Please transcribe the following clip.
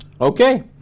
Okay